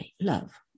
love